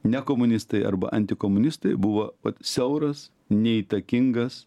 ne komunistai arba antikomunistai buvo vat siauras neįtakingas